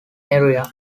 area